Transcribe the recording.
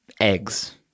eggs